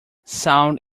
sound